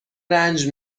رنج